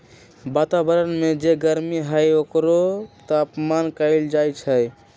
वतावरन में जे गरमी हई ओकरे तापमान कहल जाई छई